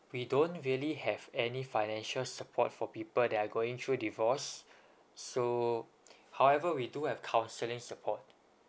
we don't really have any financial support for people that are going through divorce so however we do have counselling support